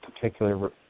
particular